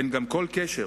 אין גם כל קשר